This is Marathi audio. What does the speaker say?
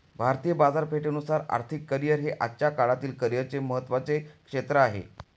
भारतीय बाजारपेठेनुसार आर्थिक करिअर हे आजच्या काळातील करिअरचे महत्त्वाचे क्षेत्र आहे